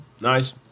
Nice